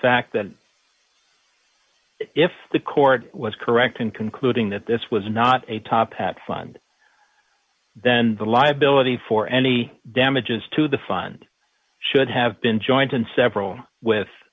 fact that if the court was correct in concluding that this was not a top hat fund then the liability for any damages to the fund should have been joint and several with